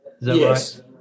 Yes